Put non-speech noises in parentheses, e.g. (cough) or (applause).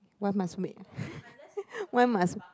why must wait (laughs) why must